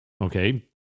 Okay